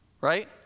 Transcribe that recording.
Right